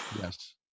Yes